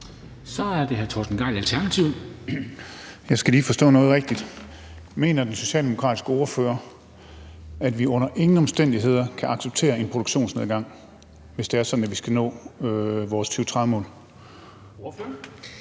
Kl. 16:24 Torsten Gejl (ALT): Jeg skal lige forstå noget rigtigt. Mener den socialdemokratiske ordfører, at vi under ingen omstændigheder kan acceptere en produktionsnedgang, hvis det er sådan, at vi skal nå vores 2030-mål? Kl.